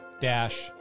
Dash